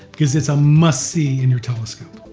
because it's a must see in your telescope.